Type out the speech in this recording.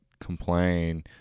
complain